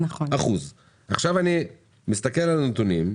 עכשיו אני מסתכל על הנתונים,